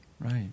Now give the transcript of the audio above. Right